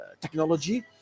technology